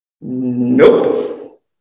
Nope